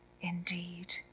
indeed